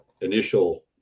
initial